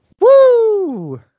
Woo